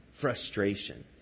frustration